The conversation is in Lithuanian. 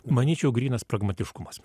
manyčiau grynas pragmatiškumas